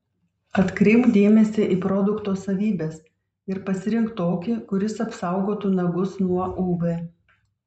atkreipk dėmesį į produkto savybes ir pasirink tokį kuris apsaugotų nagus nuo uv